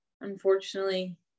unfortunately